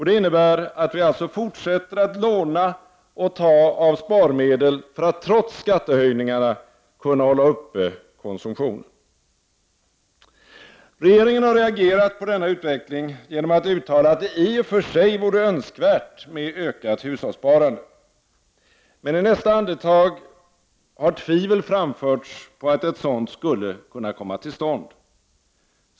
Det innebär att vi fortsätter att låna och att ta av sparmedel för att trots skattehöjningarna kunna hålla uppe konsumtionen. Regeringen har reagerat på denna utveckling genom att uttala att det i och för sig vore önskvärt med ett ökat hushållssparande. Men i nästa andetag har tvivel framförts på att ett sådant skulle kunna komma till stånd.